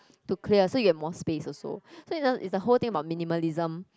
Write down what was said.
to clear so you have more spaces so so it's just it's a whole thing about minimalism